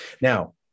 now